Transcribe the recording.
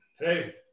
Hey